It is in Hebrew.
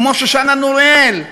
כמו שושנה נוראל,